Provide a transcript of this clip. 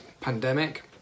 pandemic